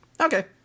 Okay